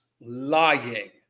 lying